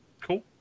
Cool